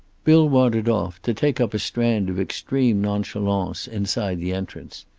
bill wandered off, to take up a stand of extreme nonchalance inside the entrance.